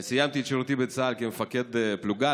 סיימתי את שירותי בצה"ל כמפקד פלוגה.